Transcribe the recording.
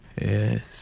Yes